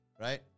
Right